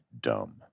dumb